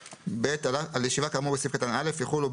על ישיבה כאמור בסעיף קטן (א) יחולו,